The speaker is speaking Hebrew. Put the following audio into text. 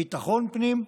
ביטחון פנים,